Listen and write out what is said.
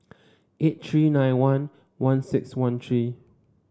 eight three nine one one six one three